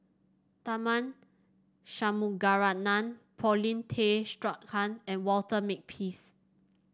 Tharman Shanmugaratnam Paulin Tay Straughan and Walter Makepeace